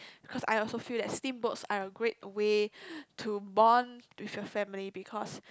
because I also feel that steamboats are a great way to bond with your family because